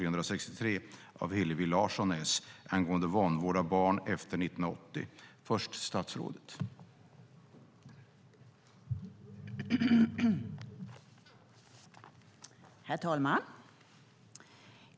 Herr talman!